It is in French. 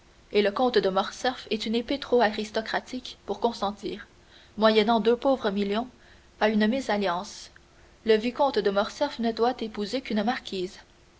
et le comte de morcerf est une épée trop aristocratique pour consentir moyennant deux pauvres millions à une mésalliance le vicomte de morcerf ne doit épouser qu'une marquise